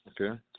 okay